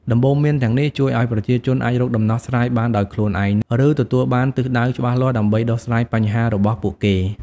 ដំបូន្មានទាំងនេះជួយឲ្យប្រជាជនអាចរកដំណោះស្រាយបានដោយខ្លួនឯង ឬទទួលបានទិសដៅច្បាស់លាស់ដើម្បីដោះស្រាយបញ្ហារបស់ពួកគេ។